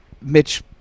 Mitch